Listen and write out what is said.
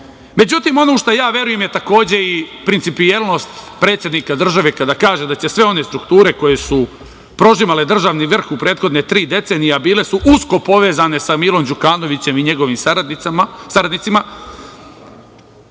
ono u šta ja verujem je takođe i principijelnost predsednika države kada kaže da će sve one strukture koje su prožimale državni vrh u prethodne tri decenije, a bile su usko povezane sa Milom Đukanovićem i njegovim saradnicima